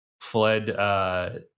fled